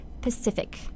Pacific